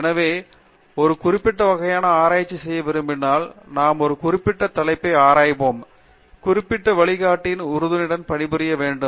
எனவே ஒரு குறிப்பிட்ட வகையான ஆராய்ச்சி செய்ய விரும்பினால் நாம் ஒரு குறிப்பிட்ட தலைப்பை ஆராய்வோம் குறிப்பிட்ட வழிகாட்டியின் உறுதியுடன் பணிபுரிய வேண்டும்